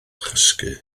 chysgu